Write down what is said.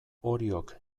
oriok